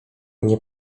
nie